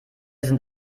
sind